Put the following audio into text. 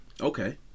Okay